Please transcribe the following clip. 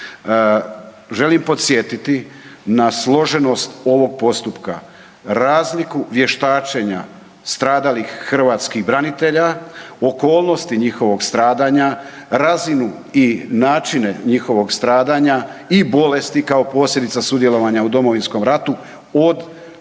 Želim podsjetiti na složenost ovog postupka, razliku vještačenja stradalih hrvatskih branitelja, okolnosti njihovog stradanja, razinu i načine njihovog stradanja i bolesti kao posljedica sudjelovanja u Domovinskom ratu, od ostalih